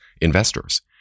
investors